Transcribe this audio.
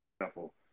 example